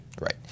Right